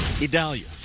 Idalia